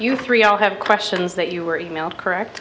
you three all have questions that you were e mailed correct